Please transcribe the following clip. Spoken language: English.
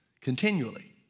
continually